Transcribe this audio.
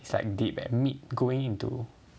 it's like deep eh mid going into